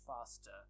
faster